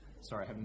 Sorry